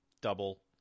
double